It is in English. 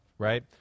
Right